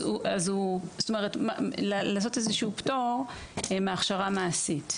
זאת אומרת לעשות פטור מהכשרה מעשית.